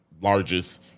largest